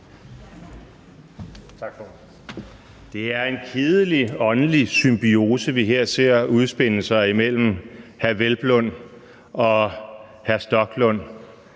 Det er en kedelig åndelig symbiose, vi her ser udspinde sig imellem hr. Peder Hvelplund og hr. Rasmus Stoklund.